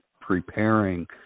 preparing